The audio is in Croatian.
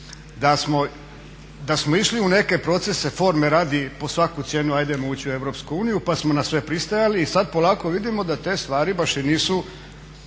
da smo išli u neke procese forme radi po svaku cijenu ajdemo uči u EU, pa smo na sve pristajali i sad polako vidimo da te stvari baš i nisu